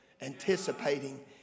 anticipating